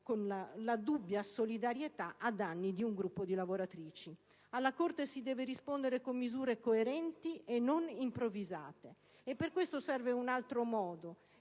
con la dubbia solidarietà a danni di un gruppo di lavoratrici. Alla Corte si deve rispondere con misure coerenti e non improvvisate. Per questo serve un altro modo